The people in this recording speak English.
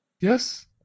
Yes